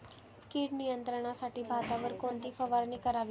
कीड नियंत्रणासाठी भातावर कोणती फवारणी करावी?